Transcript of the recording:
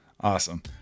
awesome